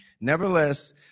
Nevertheless